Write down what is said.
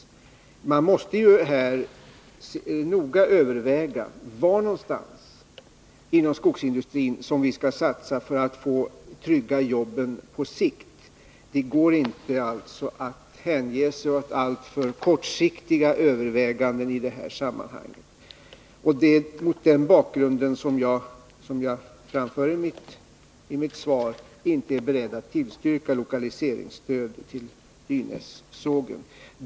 Man måste ju här noga överväga var någonstans inom skogsindustrin vi skall satsa för att trygga jobben på sikt. Det går alltså inte 117 att hänge sig åt alltför kortsiktiga överväganden i det sammanhanget. Det är mot den bakgrunden som jag i mitt svar framför att jag inte är beredd att tillstyrka något lokaliseringsstöd till Dynässågen.